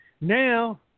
Now